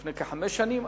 לפני כחמש שנים,